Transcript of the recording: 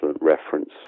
reference